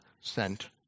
sent